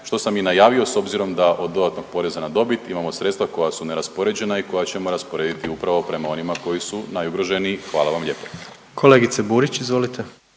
što sam i najavio s obzirom da od dodatnog poreza na dobit imamo sredstva koja su neraspoređena i koja ćemo rasporediti upravo prema onima koji su najugroženiji. Hvala vam lijepo. **Jandroković, Gordan